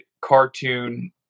cartoon